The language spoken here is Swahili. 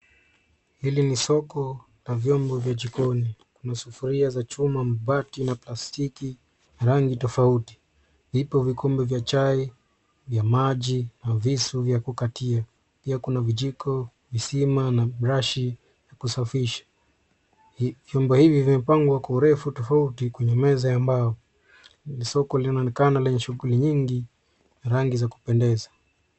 Hili ni soko la vyombo vya jikoni. Kuna sufuria za chuma, mabati na plastiki na rangi tofauti. Vipo vikombe vya chai, vya maji na visu vya kukatia. Pia kuna vijiko, visima na brashi ya kusafisha. Vyombo hivi vimepangwa kwa urefu tofauti kwenye meza ya mbao. Soko linaonekana lenye shughuli nyingi na rangi za kupendeza.